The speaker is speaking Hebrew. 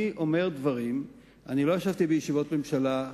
אני לא ישבתי בישיבות ממשלה,